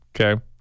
Okay